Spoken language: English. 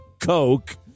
Coke